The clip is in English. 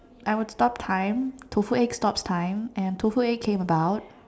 I would stop time tofu egg stops time and tofu egg came about